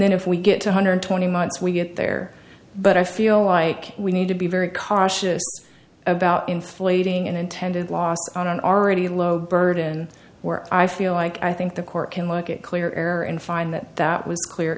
then if we get to hundred twenty months we get there but i feel like we need to be very cautious about inflating and intended loss on an already low burden where i feel like i think the court can look at clear air and find that that was clear